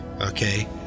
Okay